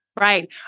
Right